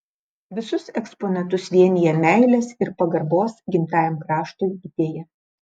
visus eksponatus vienija meilės ir pagarbos gimtajam kraštui idėja